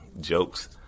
Jokes